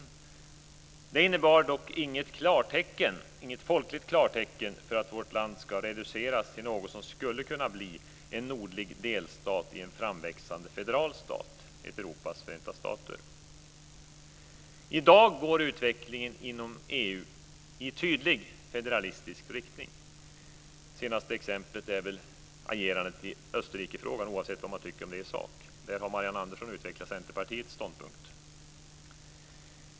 Detta innebar emellertid inget folkligt klartecken för att vårt land ska reduceras till något som skulle kunna bli en nordlig delstat i en framväxande federal stat, ett Europas förenta stater. I dag går utvecklingen inom EU i tydlig federalistisk riktning. Senaste exemplet är väl agerandet i Österrikefrågan, oavsett vad man tycker om det i sak. Där har Marianne Andersson utvecklat Centerpartiets ståndpunkt.